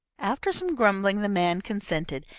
after some grumbling the man consented,